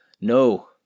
No